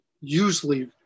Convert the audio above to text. usually